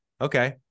Okay